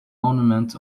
ornament